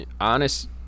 honest